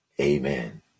Amen